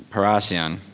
parisien.